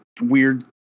weird